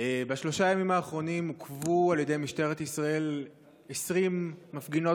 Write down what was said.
בשלושת הימים האחרונים עוכבו על ידי משטרת ישראל 20 מפגינות